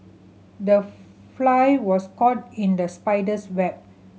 the fly was caught in the spider's web